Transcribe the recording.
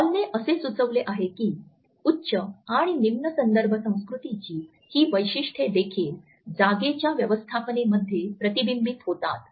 हॉलने असे सुचविले आहे की उच्च आणि निम्न संदर्भ संस्कृतीची ही वैशिष्ट्ये देखील जागेच्या व्यवस्थापने मध्ये प्रतिबिंबित होतात